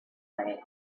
way